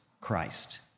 Christ